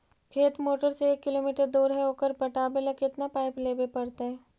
खेत मोटर से एक किलोमीटर दूर है ओकर पटाबे ल केतना पाइप लेबे पड़तै?